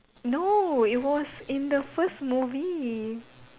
no it was in the first movie